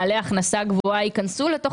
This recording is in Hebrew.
יכולים להיות מקרים בהם בעלי הכנסה גבוהה ייכנסו לתוך